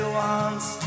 wants